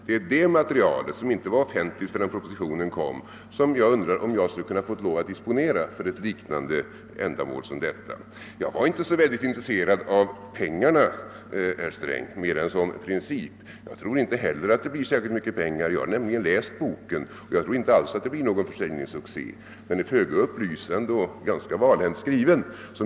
Det är det materialet, som inte var offentligt förrän propositionen lades fram, som jag undrar om jag inte kunde få disponera för ett liknande ändamål som detta. Jag var inte så intresserad av pengarna, herr Sträng, mer än som princip — jag tror inte heller att försäljningen av boken kommer att ge särskilt mycket pengar. Jag har nämligen läst den och tror inte alls att den blir någon försäljningssuccé; den är föga upplysande och ganska valhänt skriven.